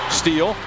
steal